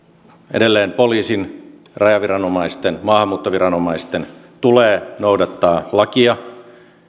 edelleen poliisin rajanviranomaisten ja maahanmuuttoviranomaisten tulee noudattaa lakia